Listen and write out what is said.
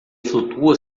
flutua